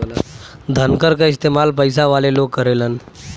धनकर क इस्तेमाल पइसा वाले लोग करेलन